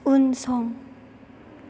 उनसं